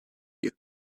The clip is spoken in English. you